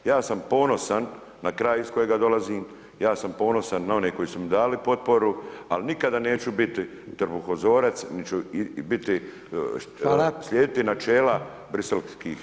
Ja sam ponosan na kraj iz kojega dolazim, ja sam ponosan na one koji su mi dali potporu, ali nikada neću biti trbuhozorac niti ću slijediti načela briselskih časnika.